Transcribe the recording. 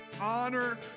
honor